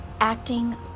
acting